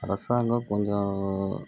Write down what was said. அரசாங்கம் கொஞ்சம்